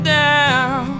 down